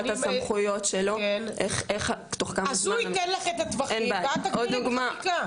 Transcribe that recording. את הסמכויות שלו אז הוא ייתן לך את הטווחים ואת תגדירי בחקיקה.